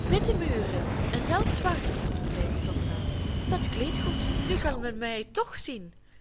witte muren en zelf zwart zei de stopnaald dat kleedt goed nu kan men mij toch zien